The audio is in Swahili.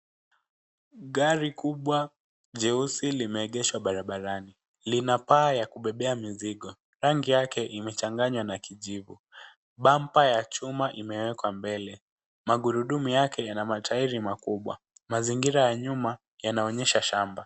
Gari kubwa jeusi limeegeshwa barabarani. Lina paa ya kubebea mizigo. Rangi yake imechanganywa na kijivu. Bampa ya chuma imewekwa mbele. Magurudumu yake yana matairi makubwa. Mazingira ya nyuma yanaonyesha shamba.